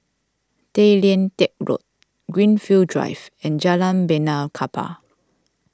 Tay Lian Teck Road Greenfield Drive and Jalan Benaan Kapal